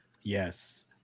yes